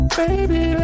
baby